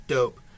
Dope